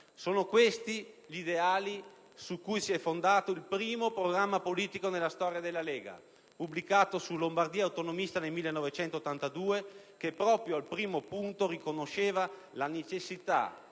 Sono questi gli ideali su cui si è fondato il primo programma politico nella storia della Lega, pubblicato su «Lombardia Autonomista» nel 1982, che proprio al primo punto riconosceva la necessità